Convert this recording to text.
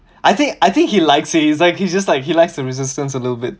I think I think he likes it he's like he's just like he likes the resistance a little bit